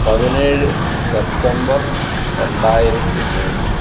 പതിനേഴ് സെപ്റ്റംബർ രണ്ടായിരത്തി മൂന്ന്